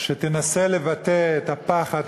שתנסה לבטא את הפחד,